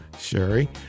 Sherry